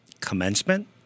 commencement